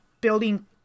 building